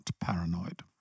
paranoid